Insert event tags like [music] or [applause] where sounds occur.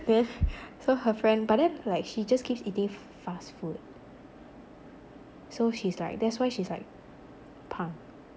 [laughs] so her friend but then like she just keeps eating fast food so she's like that's why she's like 胖